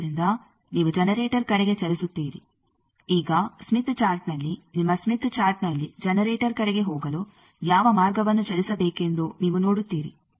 ಆದ್ದರಿಂದ ನೀವು ಜನರೇಟರ್ಕಡೆಗೆ ಚಲಿಸುತ್ತೀರಿ ಈಗ ಸ್ಮಿತ್ ಚಾರ್ಟ್ನಲ್ಲಿ ನಿಮ್ಮ ಸ್ಮಿತ್ ಚಾರ್ಟ್ನಲ್ಲಿ ಜನರೇಟರ್ ಕಡೆಗೆ ಹೋಗಲು ಯಾವ ಮಾರ್ಗವನ್ನು ಚಲಿಸಬೇಕೆಂದು ನೀವು ನೋಡುತ್ತೀರಿ